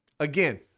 Again